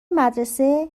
مدرسه